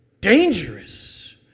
dangerous